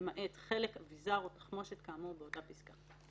למעט חלק, אבזר או תחמושת כאמור באותה פסקה".